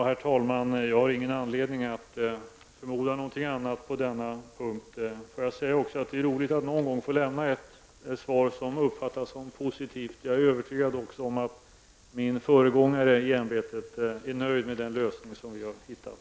Herr talman! Jag har ingen anledning att förmoda någonting annat. Låt mig också säga att det är roligt att någon gång få lämna ett svar som uppfattas som positivt. Jag är övertygad om att även min föregångare i ämbetet är nöjd med den lösning som vi har hittat.